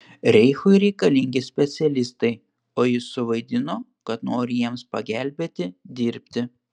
reichui reikalingi specialistai o jis suvaidino kad nori jiems pagelbėti dirbti